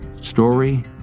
Story